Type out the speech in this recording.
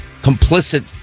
complicit